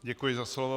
Děkuji za slovo.